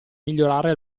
migliorare